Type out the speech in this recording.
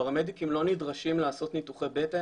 פרמדיקים לא נדרשים לעשות ניתוחי בטן,